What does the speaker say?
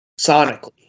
Sonically